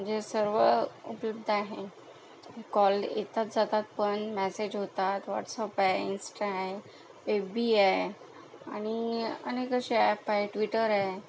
म्हणजे सर्व उपयुक्त आहे कॉल येतात जातात पण मेसेज होतात व्हाट्सअप आहे इन्स्टा आहे एफ बी आहे आणि अनेक असे ॲप आहे ट्विटर आहे